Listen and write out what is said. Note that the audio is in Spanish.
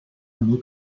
muy